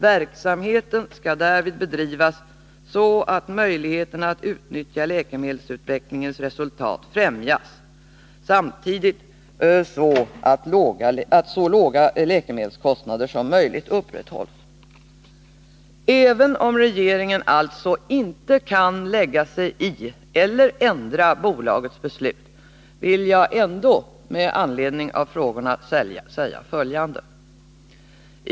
Verksamheten skall därvid bedrivas så, att möjligheterna att utnyttja läkemedelsutvecklingens resultat främjas samtidigt som så låga läkemedelskostnader som möjligt upprätthålls. Även om regeringen alltså inte kan lägga sig i eller ändra Apoteksbolagets beslut, vill jag ändå med anledning av frågorna säga följande.